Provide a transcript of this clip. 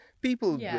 People